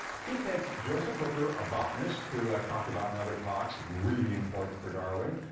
he takes joseph hooker, a botanist who i've talked about in other talks really important for darwin.